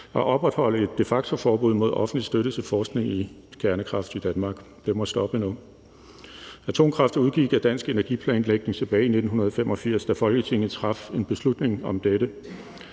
at opretholde et de facto-forbud mod offentlig støtte til forskning i kernekraft i Danmark. Det må stoppe nu. Atomkraft udgik af dansk energiplanlægning tilbage i 1985, da Folketinget traf en beslutning om dette.